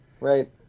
right